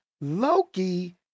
Loki